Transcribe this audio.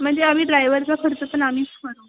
म्हणजे आम्ही ड्रायवरचा खर्च पण आम्हीच करू